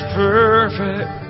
perfect